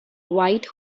white